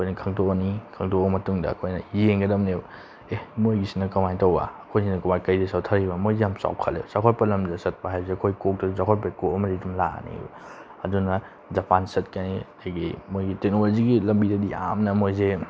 ꯑꯩꯈꯣꯏꯅ ꯈꯪꯗꯣꯛꯑꯅꯤ ꯈꯪꯗꯣꯛꯑ ꯃꯇꯨꯡꯗ ꯑꯩꯈꯣꯏꯅ ꯌꯦꯡꯒꯗꯕꯅꯦꯕ ꯑꯦ ꯃꯣꯏꯒꯤꯁꯤꯅ ꯀꯃꯥꯏꯅ ꯇꯧꯕ ꯑꯩꯈꯣꯏꯁꯤꯅ ꯀꯃꯥꯏꯅ ꯀꯩꯗ ꯁꯣꯠꯊꯔꯤꯕ ꯃꯣꯏꯁꯦ ꯌꯥꯝ ꯆꯥꯎꯈꯠꯂꯦꯕ ꯆꯥꯎꯈꯠꯄ ꯂꯝꯁꯦ ꯆꯠꯄ ꯍꯥꯏꯕꯁꯦ ꯑꯩꯈꯣꯏ ꯀꯣꯛꯇꯁꯨ ꯆꯥꯎꯈꯠꯄꯒꯤ ꯀꯣꯛ ꯑꯃꯗꯤ ꯑꯗꯨꯝ ꯂꯥꯛꯑꯅꯤꯕ ꯑꯗꯨꯅ ꯖꯄꯥꯟ ꯆꯠꯀꯅꯤ ꯑꯩꯒꯤ ꯃꯣꯏꯒꯤ ꯇꯦꯛꯅꯣꯂꯣꯖꯤꯒꯤ ꯂꯝꯕꯤꯗꯗꯤ ꯌꯥꯝꯅ ꯃꯣꯏꯁꯦ